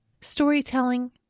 Storytelling